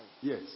Yes